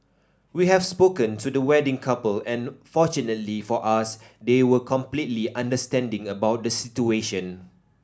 we have spoken to the wedding couple and fortunately for us they were completely understanding about the situation